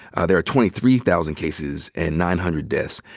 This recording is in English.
there are twenty three thousand cases and nine hundred deaths.